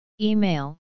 Email